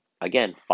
Again